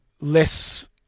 less